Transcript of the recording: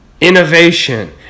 innovation